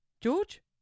George